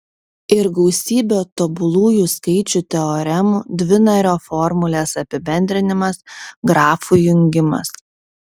ir gausybė tobulųjų skaičių teoremų dvinario formulės apibendrinimas grafų jungimas